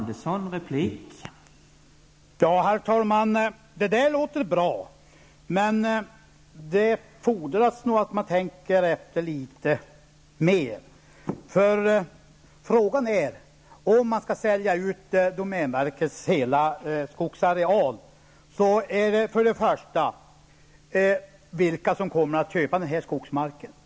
Herr talman! Det där låter bra, men det fordras nog att man tänker efter litet mer. Om man skall sälja ut domänverkets hela skogsareal, är frågan vilka som kommer att köpa den skogsmarken.